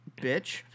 Bitch